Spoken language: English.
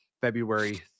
February